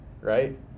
right